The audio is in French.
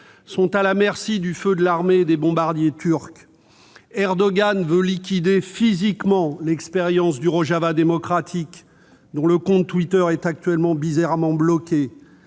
sont à la merci du feu de l'armée et des bombardiers turcs. Erdogan veut liquider physiquement l'expérience du Rojava démocratique- dont le compte twitter est actuellement bizarrement bloqué